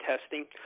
testing